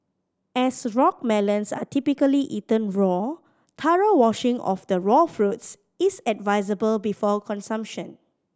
as rock melons are typically eaten raw thorough washing of the raw fruits is advisable before consumption